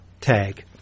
tag